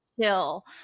chill